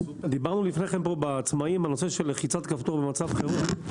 דיברנו פה בנושא העצמאים בנושא של לחיצת כפתור במצב חירום,